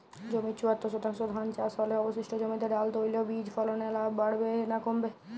জমির চুয়াত্তর শতাংশে ধান চাষ হলে অবশিষ্ট জমিতে ডাল তৈল বীজ ফলনে লাভ বাড়বে না কমবে?